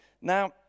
Now